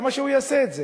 למה שהוא יעשה את זה?